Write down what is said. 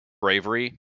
bravery